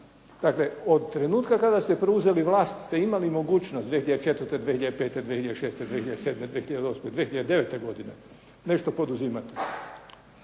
Dakle, od trenutka kada ste preuzeli vlast ste imali mogućnost 2004., pete, šest, sedme, osme, devete godine nešto poduzimati.